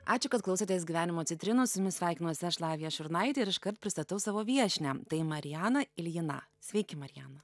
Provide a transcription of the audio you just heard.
ačiū kad klausotės gyvenimo citrinos su jumis sveikinuosi aš lavija šurnaitė ir iškart pristatau savo viešnią tai mariana iljina sveiki marijana